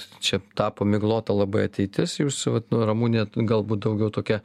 čia tapo miglota labai ateitis jūsų vat nu ramune galbūt daugiau tokia